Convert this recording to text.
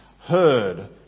heard